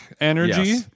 energy